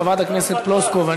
חברת הכנסת פלוסקוב,